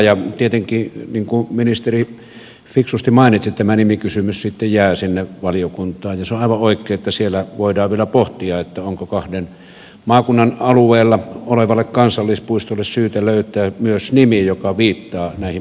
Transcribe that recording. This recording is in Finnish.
ja tietenkin niin kuin ministeri fiksusti mainitsi tämä nimikysymys sitten jää sinne valiokuntaan ja on aivan oikein että siellä voidaan vielä pohtia onko kahden maakunnan alueella olevalle kansallispuistolle syytä löytää myös nimi joka viittaa näihin molempiin maakuntiin